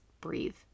breathe